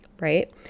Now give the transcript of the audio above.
right